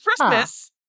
Christmas